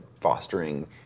fostering